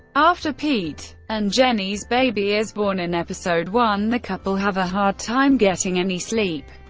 after pete and jenny's baby is born in episode one, the couple have a hard time getting any sleep.